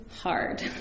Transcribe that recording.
hard